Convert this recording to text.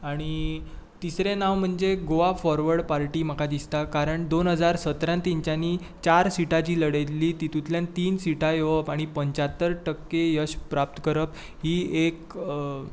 आनी तिसरें म्हणजे गोवा फोरवर्ड पार्टी म्हाका दिसता कारण दोन हजार सतरांत तेंच्यानी चार सिटां जीं लडयिल्लीं तितुंतल्यान तीन सिटां येवप आनी पंच्यात्तर टक्के यश प्राप्त करप ही एक